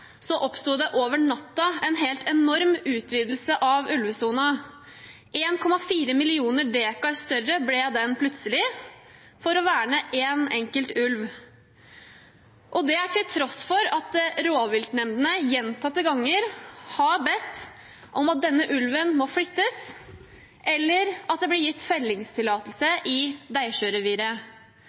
over natten oppsto en helt enorm utvidelse av ulvesonen. Den ble plutselig 1,4 millioner dekar større for å verne én enkelt ulv – og det til tross for at rovviltnemndene gjentatte ganger har bedt om at denne ulven må flyttes, eller at det blir gitt fellingstillatelse i